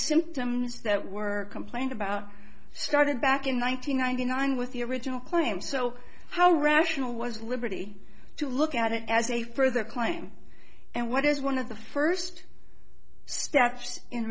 symptoms that were complained about started back in one nine hundred ninety nine with the original claim so how rational was liberty to look at it as a further claim and what is one of the first steps in